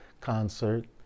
concert